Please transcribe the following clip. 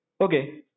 okay